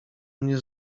mnie